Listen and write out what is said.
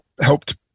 helped